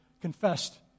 confessed